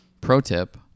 Pro-tip